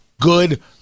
Good